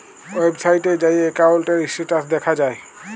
ওয়েবসাইটে যাঁয়ে একাউল্টের ইস্ট্যাটাস দ্যাখা যায়